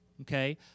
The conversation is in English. okay